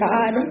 God